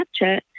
Snapchat